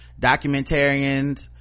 documentarians